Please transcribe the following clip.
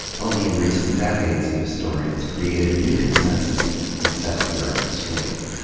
only in recent decades have historians created a new consensus that sets the record straight.